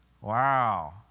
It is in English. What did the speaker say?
wow